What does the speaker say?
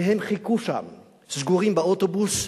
והם חיכו שם סגורים באוטובוס.